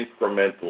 incremental